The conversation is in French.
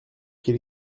qu’il